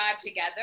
together